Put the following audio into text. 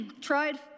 tried